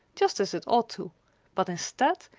just as it ought to but, instead,